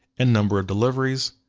and number of deliveries.